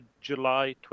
July